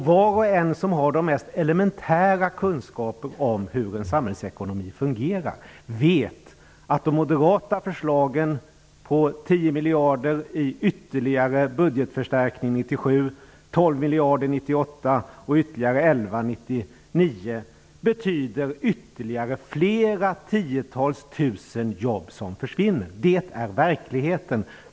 Var och en som har de mest elementära kunskaper om hur en samhällsekonomi fungerar vet att de moderata förslagen om ytterligare budgetförstärkning på 10 miljarder 1997, betyder att ytterligare flera tiotusentals jobb försvinner. Det är verkligheten.